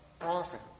often